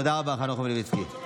תודה רבה, חנוך מלביצקי.